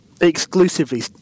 exclusively